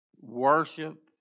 worship